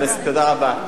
תודה רבה.